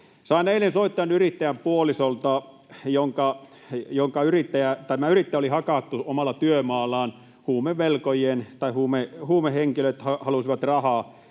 Sain eilen soiton yrittäjän puolisolta. Tämä yrittäjä oli hakattu omalla työmaallaan, kun huumevelkojat tai huumehenkilöt halusivat tältä